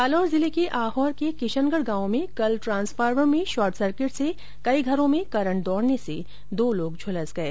जालोर जिले के आहोर के किशनगढ गांव में कल ट्रांसफार्मर में शोर्ट सर्किट से कई घरों मे करंट दौडने से दो लोग झलस गये